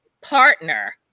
partner